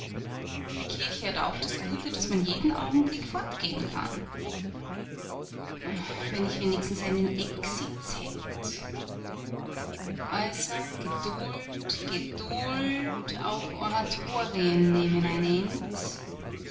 die kirche hat auch das gute daß man jeden augenblick fortgehen kann wenn ich wenigstens einen ecksitz hätt also geduld geduld auch oratorien nehmen ein